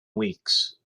weeks